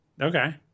Okay